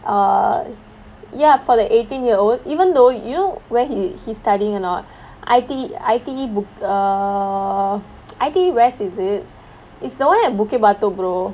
err ya for the eighteen year old even though you know where he he's studying or not I_T_E I_T_E buk~ err I_T_E west is it is the [one] at bukit batok brother